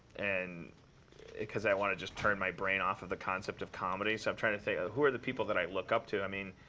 and because i want to just turn my brain off of the concept of comedy. so i'm trying to think, who are the people that i look up to? i mean,